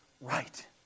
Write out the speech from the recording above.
right